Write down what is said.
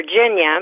Virginia